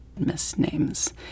misnames